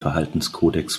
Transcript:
verhaltenskodex